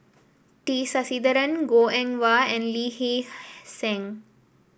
T Sasitharan Goh Eng Wah and Lee Hee Seng